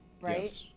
right